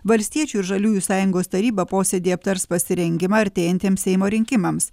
valstiečių ir žaliųjų sąjungos taryba posėdyje aptars pasirengimą artėjantiems seimo rinkimams